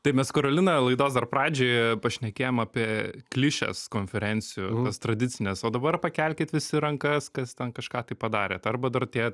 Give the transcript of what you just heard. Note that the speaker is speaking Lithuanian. tai mes karolina laidos dar pradžioje pašnekėjom apie klišes konferencijų tas tradicines o dabar pakelkit visi rankas kas ten kažką tai padarėt arba dar tie